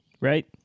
Right